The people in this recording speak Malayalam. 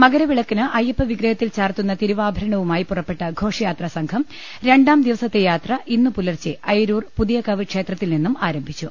മകരവിളക്കിന് അയ്യപ്പവിഗ്രഹത്തിൽ ചാർത്തുന്ന തിരുവാഭരണവു മായി പുറപ്പെട്ട ഘോഷയാത്ര സംഘം രണ്ടാംദിവസത്തെ യാത്ര ഇന്ന് പുലർച്ചെ അയിരൂർ പുതിയകാവ് ക്ഷേത്രത്തിൽനിന്നും ആരംഭിച്ചു